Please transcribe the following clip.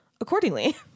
accordingly